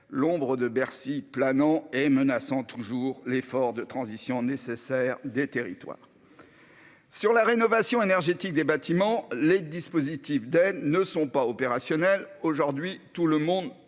l'ombre de Bercy plane et menace toujours l'effort de transition nécessaire des territoires. En ce qui concerne la rénovation énergétique des bâtiments, les dispositifs d'aide ne sont pas opérationnels aujourd'hui, tout le monde